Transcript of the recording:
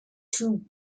two